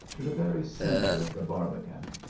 to the very centre of the barbican.